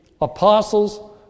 apostles